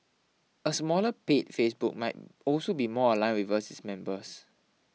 a smaller paid Facebook might also be more aligned with us its members